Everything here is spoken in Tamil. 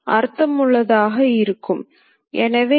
எனவே இது X 300 என்று கூறலாம்